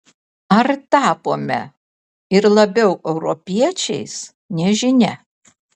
ar tapome ir labiau europiečiais nežinia